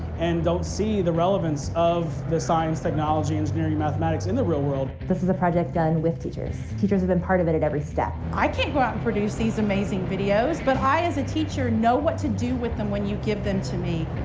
and don't see the relevance of the science, technology, engineering, mathematics in the real world. this is a project done with teachers. teachers have been part of it at every step. i can't go out and produce these amazing videos, but i, as a teacher, know what to do with them when you give them to me.